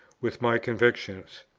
with my convictions.